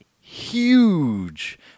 huge